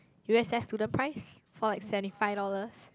U_S_S student price for like seventy five dollars